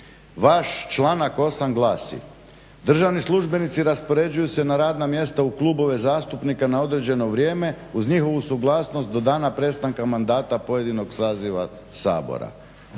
Vaš članak 8. glasi: "Držani službenici raspoređuju se na radna mjesta u klubove zastupnika na određeno vrijeme, uz njihovu suglasnost do dana prestanka mandata pojedinog saziva Sabora."